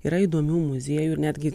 yra įdomių muziejų ir netgi